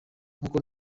nk’uko